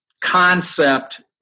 concept